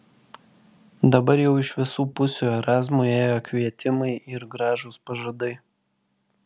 dabar jau iš visų pusių erazmui ėjo kvietimai ir gražūs pažadai